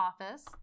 office